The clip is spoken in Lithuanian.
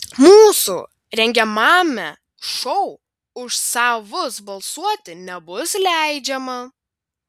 mūsų rengiamame šou už savus balsuoti nebus leidžiama